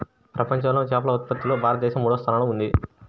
ప్రపంచంలో చేపల ఉత్పత్తిలో భారతదేశం మూడవ స్థానంలో ఉంది